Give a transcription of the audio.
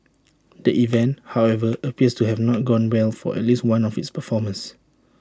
the event however appears to have not gone well for at least one of its performers